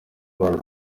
abantu